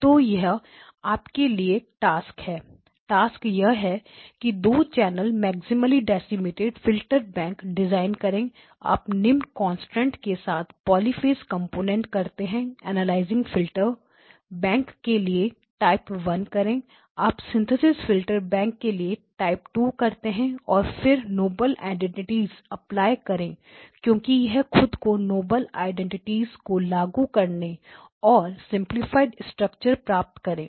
तो यह आपके लिए टास्क है टास्क यह की 2 channel maximally decimated filter bank design करें आप निम्न कन्सट्रैन्ट के साथ पॉलिफेज कंपोनेंट करते हैं एनालिसिस फिल्टर बैंक के लिए टाइप 1 करें आप सिंथेसिस फ़िल्टर बैंक के लिए टाइप 2 करते हैं और फिर नोबल आइडेंटिटीज अप्लाई करे क्योंकि यह खुद को नोबल आइडेंटिटीज को लागू करने और सिंपलीफाइड स्ट्रक्चर प्राप्त करें